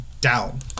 down